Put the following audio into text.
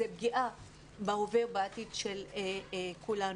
זו פגיעה בהווה ובעתיד של כולנו.